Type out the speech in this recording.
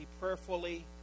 prayerfully